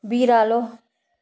बिरालो